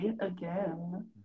again